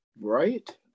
Right